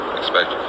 expect